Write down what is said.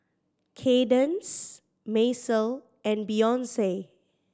Kaydence Macel and Beyonce